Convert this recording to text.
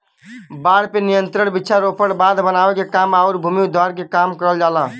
बाढ़ पे नियंत्रण वृक्षारोपण, बांध बनावे के काम आउर भूमि उद्धार के काम करल जाला